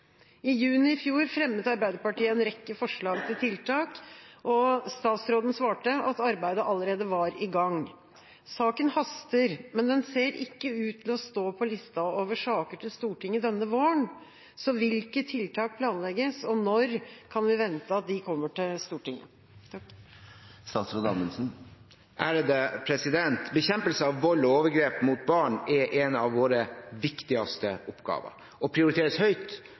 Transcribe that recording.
I juni i fjor fremmet Arbeiderpartiet en rekke forslag til tiltak. Statsråden svarte at arbeidet allerede var i gang. Saken haster, men den ser ikke ut til å stå på lista over saker til Stortinget denne våren. Hvilke tiltak planlegges, og når kan vi vente at de kommer til Stortinget?» Bekjempelse av vold og overgrep mot barn er en av våre viktigste oppgaver og prioriteres høyt